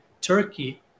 Turkey